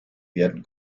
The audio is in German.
werden